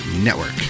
Network